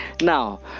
now